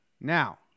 Now